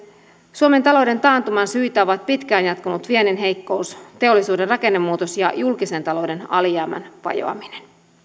suomen talouden taantuman syitä ovat pitkään jatkunut viennin heikkous teollisuuden rakennemuutos ja julkisen talouden alijäämän vajoaminen